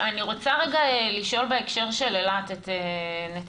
אני רוצה רגע לשאול בהקשר של אילת את נציגי